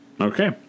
Okay